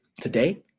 Today